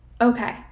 Okay